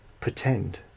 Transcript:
Pretend